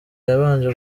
yabanje